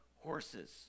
horses